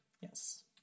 Yes